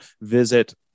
visit